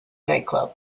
nightclub